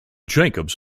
jacobs